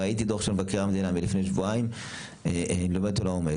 ראיתי דוח של מבקר המדינה מלפני שבועיים אני לומד אותו לעומק.